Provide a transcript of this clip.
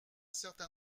certain